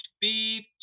Beep